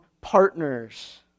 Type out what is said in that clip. partners